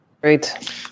Great